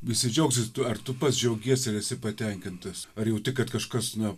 visi džiaugsis tu ar tu pats džiaugiesi ar esi patenkintas ar jauti kad kažkas na